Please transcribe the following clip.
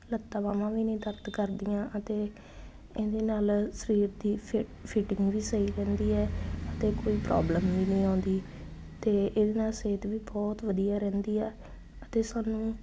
ਲੱਤਾਂ ਬਾਹਾਂ ਨਹੀਂ ਦਰਦ ਕਰਦੀਆਂ ਅਤੇ ਇਹਦੇ ਨਾਲ ਸਰੀਰ ਦੀ ਫਿ ਫਿਟਿੰਗ ਵੀ ਸਹੀ ਰਹਿੰਦੀ ਹੈ ਅਤੇ ਕੋਈ ਪ੍ਰੋਬਲਮ ਵੀ ਨਹੀਂ ਆਉਂਦੀ ਆ ਅਤੇ ਇਹਦੇ ਨਾਲ ਸਿਹਤ ਵੀ ਬਹੁਤ ਵਧੀਆ ਰਹਿੰਦੀ ਹੈ ਅਤੇ ਸਾਨੂੰ